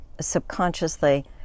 subconsciously